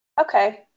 Okay